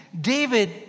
David